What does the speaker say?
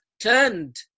turned